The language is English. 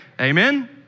amen